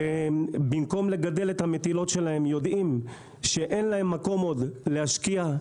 במקום לגדל את המטילות שלהם יודעים שאין להם מקום עוד להשקיע,